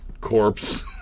corpse